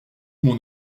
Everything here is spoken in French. mon